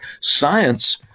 science